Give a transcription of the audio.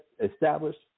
established